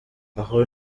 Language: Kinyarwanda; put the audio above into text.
aho